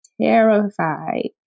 terrified